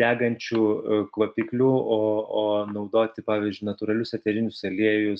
degančių kvapiklių o o naudoti pavyzdžiui natūralius eterinius aliejus